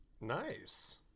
Nice